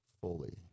fully